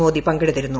മോദി പങ്കെടുത്തിരുന്നു